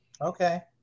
Okay